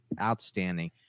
Outstanding